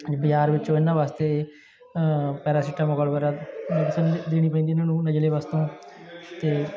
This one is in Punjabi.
ਬਜ਼ਾਰ ਵਿੱਚੋਂ ਇਹਨਾਂ ਵਾਸਤੇ ਪੈਰਾਸਿਟਾਮੋਲ ਵਗੈਰਾ ਮੈਡੀਸਨ ਦੇਣੀ ਪੈਂਦੀ ਇਹਨਾਂ ਨੂੰ ਨਜ਼ਲੇ ਵਾਸਤੇ ਅਤੇ